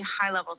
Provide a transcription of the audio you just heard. high-level